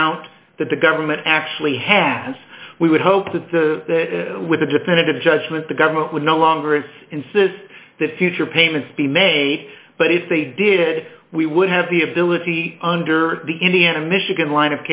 amount that the government actually has we would hope that with a dependent of judgment the government would no longer is insist that future payments be made but if they did we would have the ability under the indiana michigan line